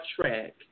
track